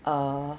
err